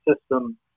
system